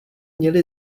měli